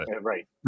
Right